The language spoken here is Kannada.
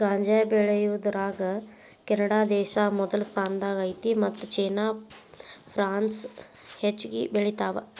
ಗಾಂಜಾ ಬೆಳಿಯುದರಾಗ ಕೆನಡಾದೇಶಾ ಮೊದಲ ಸ್ಥಾನದಾಗ ಐತಿ ಮತ್ತ ಚೇನಾ ಪ್ರಾನ್ಸ್ ಹೆಚಗಿ ಬೆಳಿತಾವ